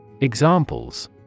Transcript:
Examples